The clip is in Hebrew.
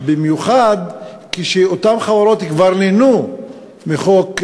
במיוחד כשאותן חברות כבר נהנו מחוק,